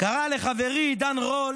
קרא לחברי עידן רול